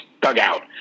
dugout